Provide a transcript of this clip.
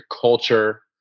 culture